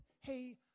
hey